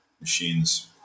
machines